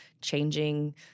changing